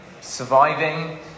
Surviving